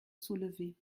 soulevés